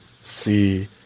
see